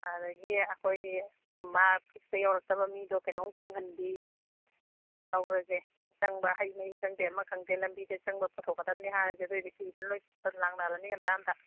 ꯑꯗꯒꯤ ꯑꯩꯈꯣꯏꯒꯤ ꯃꯥ ꯐꯤꯛꯁꯇ ꯌꯧꯔꯛꯇꯕ ꯃꯤꯗꯣ ꯀꯩꯅꯣꯝ ꯀꯣꯡꯍꯟꯕꯤ ꯇꯧꯔꯁꯦ ꯑꯆꯪꯕ ꯍꯩ ꯃꯍꯤ ꯈꯪꯗꯦ ꯑꯃ ꯈꯪꯗꯦ ꯂꯝꯕꯤꯗ ꯆꯪꯕ ꯄꯨꯊꯣꯛꯀꯗꯝꯅꯤ ꯍꯥꯏꯔꯁꯤ ꯑꯗꯣꯏꯗꯤ ꯀꯤꯗꯅ ꯂꯣꯏ ꯂꯥꯛꯅꯔꯅꯤ ꯉꯟꯇ ꯉꯟꯇ